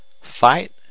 fight